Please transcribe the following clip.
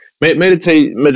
meditate